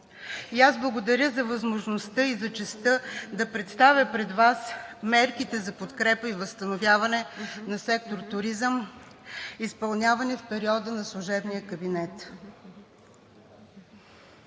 Благодаря за възможността и за честта да представя пред Вас мерките за подкрепа и възстановяване на сектор „Туризъм“, изпълнявани в периода на служебния кабинет.